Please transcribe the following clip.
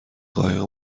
قایق